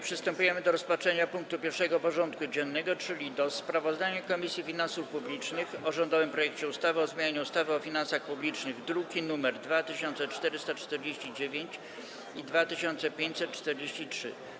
Przystępujemy do rozpatrzenia punktu 1. porządku dziennego: Sprawozdanie Komisji Finansów Publicznych o rządowym projekcie ustawy o zmianie ustawy o finansach publicznych (druki nr 2449 i 2543)